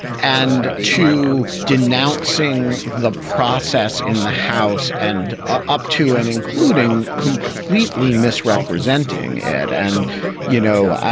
and to denouncing the process in the house and ah up to and including completely misrepresenting it. and you know,